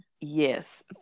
yes